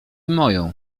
moją